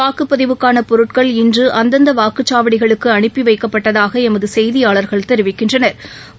வாக்குப்பதிவுக்கானபொருட்கள் இன்றுஅந்தந்தவாக்குச்சாவடிகளுக்குஅனுப்பி வைக்கப்பட்டதாகஎமதுசெய்தியாளா்கள் தெரிவிக்கின்றனா்